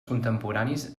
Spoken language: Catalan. contemporanis